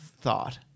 thought